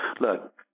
look